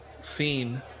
scene